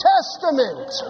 Testament